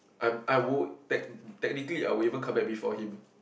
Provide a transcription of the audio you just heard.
I I would tech~ technically I would even come back before him